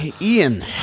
Ian